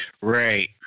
Right